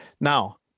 now